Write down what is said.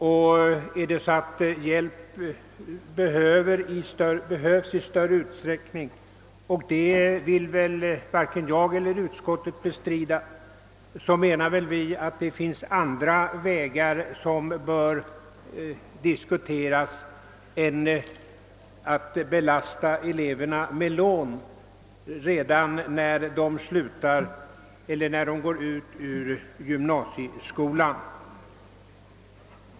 Är det så att hjälp behövs i större utsträckning, och det vill väl varken jag eller utskottet bestrida, menar vi att det finns andra vägar som bör diskuteras än att belasta eleverna med lån redan när de går ut gymnasieskolan.